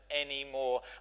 anymore